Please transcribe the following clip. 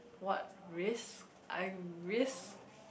what risk I risk